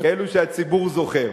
כאלו שהציבור זוכר.